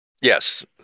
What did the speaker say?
yes